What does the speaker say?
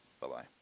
Bye-bye